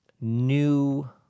new